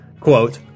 quote